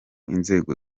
inzego